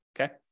okay